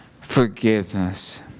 Forgiveness